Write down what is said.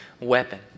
weapon